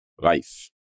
life